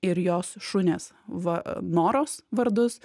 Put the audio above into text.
ir jos šunės va noros vardus